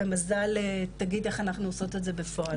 ומזל תגיד איך אנחנו עושות את זה בפועל.